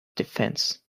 defence